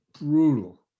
brutal